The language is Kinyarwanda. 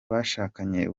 bashakanye